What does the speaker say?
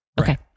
okay